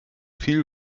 viel